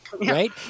Right